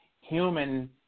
human